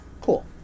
cool